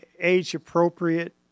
age-appropriate